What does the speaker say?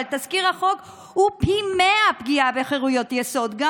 אבל תזכיר החוק הוא פגיעה בחירויות יסוד פי מאה,